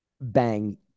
bang